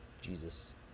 Jesus